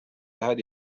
هذه